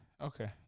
Okay